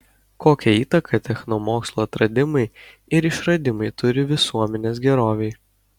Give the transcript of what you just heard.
kokią įtaką technomokslo atradimai ir išradimai turi visuomenės gerovei